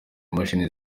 imashini